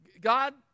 God